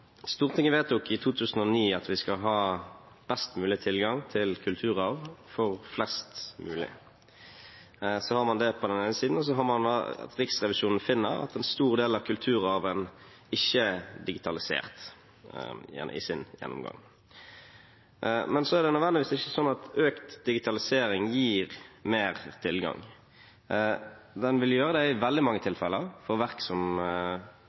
Stortinget vedtok i 2009 at vi skal ha best mulig tilgang til kulturarv for flest mulig. Det har man på den ene siden, og så finner Riksrevisjonen i sin gjennomgang at en stor del av kulturarven ikke er digitalisert. Men det er ikke nødvendigvis sånn at økt digitalisering gir mer tilgang. Den vil gjøre det i veldig mange tilfeller for verk som